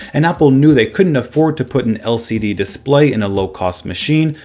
and apple knew they couldn't afford to put an lcd display in a low-cost machine.